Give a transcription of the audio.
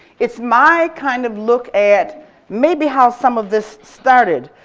it's my kind of look at maybe how some of this started.